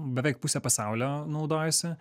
beveik pusė pasaulio naudojasi